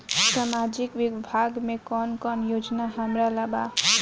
सामाजिक विभाग मे कौन कौन योजना हमरा ला बा?